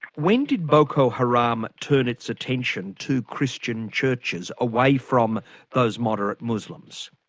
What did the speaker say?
when did boko haram turn its attention to christian churches, away from those moderate muslims?